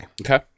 Okay